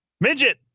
midget